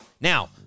Now